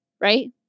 right